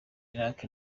iraq